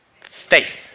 faith